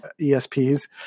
ESPs